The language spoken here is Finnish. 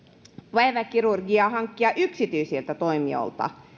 päiväkirurgiaa hankkia yksityisiltä toimijoilta